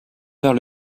vers